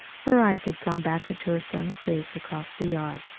her eyes had gone back to her son's face across the yard.